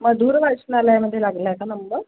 मधुर वाचनालयामध्ये लागला आहे का नंबर